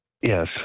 Yes